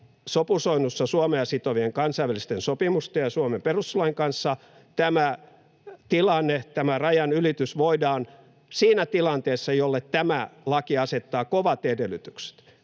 sopusoinnussa Suomea sitovien kansainvälisten sopimusten ja Suomen perustuslain kanssa — että rajanylitys voidaan siinä tilanteessa, jolle tämä laki asettaa kovat edellytykset,